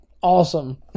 awesome